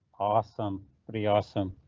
awesome very awesome.